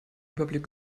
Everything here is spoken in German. überblick